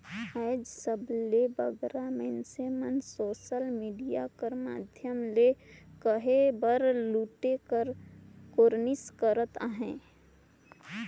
आएज सबले बगरा मइनसे मन सोसल मिडिया कर माध्यम ले कहे बर लूटे कर कोरनिस करत अहें